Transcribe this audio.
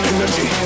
Energy